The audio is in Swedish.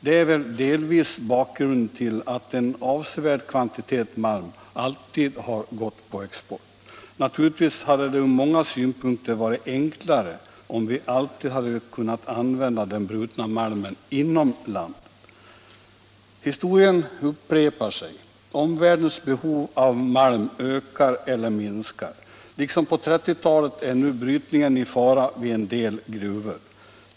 Det är väl delvis bakgrunden till att en avsevärd kvantitet malm alltid har gått på export. Naturligtvis hade det från många synpunkter varit enklare, om vi alltid hade kunnat använda den brutna malmen inom landet. Historien upprepar sig. Omvärldens behov av malm ökar eller minskar. Liksom på 1930-talet är nu brytningen i fara vid en del gruvor.